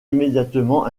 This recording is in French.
immédiatement